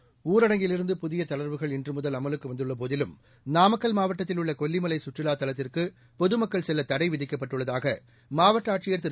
seconds ஊரடங்கிலிருந்து புதிய தளர்வுகள் இன்று முதல் அமலுக்கு வந்துள்ள போதிலும் நாமக்கல் மாவட்டத்தில் உள்ள கொல்லிமலை சுற்றுலா தலத்திற்கு பொதுமக்கள் செல்ல தடை விதிக்கப்பட்டுள்ளதாக மாவட்ட ஆட்சியர் திரு